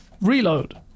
reload